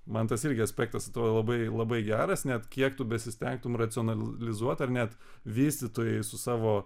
man tas irgi aspektas atrodo labai labai geras net kiek tu besistengtum racionalizuot ar net vystytojai su savo